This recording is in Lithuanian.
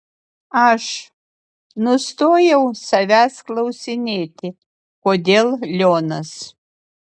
aš nustojau savęs klausinėti kodėl lionas